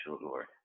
Lord